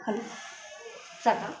hello ಸಾಕಾ